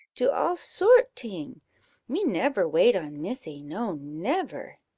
do all sort ting me never wait on missy, no, never.